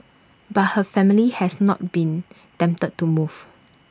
but her family has not been tempted to move